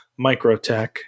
Microtech